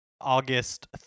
August